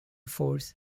force